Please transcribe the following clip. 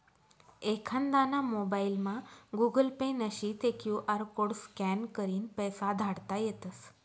एखांदाना मोबाइलमा Google Pay नशी ते क्यु आर कोड स्कॅन करीन पैसा धाडता येतस